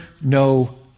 no